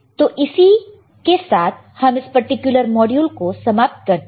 तो इसी के साथ हम इस पर्टिकुलर मॉड्यूल को समाप्त करते हैं